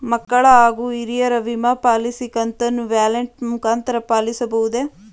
ಮಕ್ಕಳ ಹಾಗೂ ಹಿರಿಯರ ವಿಮಾ ಪಾಲಿಸಿ ಕಂತನ್ನು ವ್ಯಾಲೆಟ್ ಮುಖಾಂತರ ಪಾವತಿಸಬಹುದೇ?